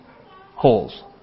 holes